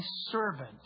servant